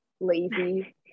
lazy